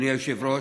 אדוני היושב-ראש,